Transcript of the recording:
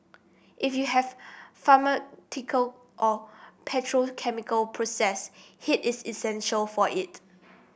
if you have pharmaceutical or petrochemical process heat is essential for it